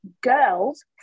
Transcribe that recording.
girls